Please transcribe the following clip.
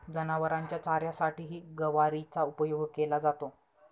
जनावरांच्या चाऱ्यासाठीही गवारीचा उपयोग केला जातो